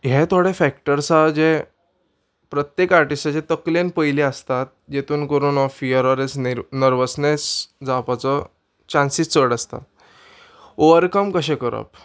हे थोडे फॅक्टर्स आहा जे प्रत्येक आर्टिस्टाचे तकलेन पयली आसतात जेतून करून हो फियर ऑर एस नर्व नर्वसनेस जावपाचो चान्सीस चड आसता ओवरकम कशें करप